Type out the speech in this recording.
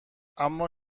اما